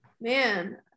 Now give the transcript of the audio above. man